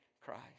Christ